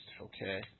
Okay